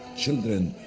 children,